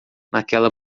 naquela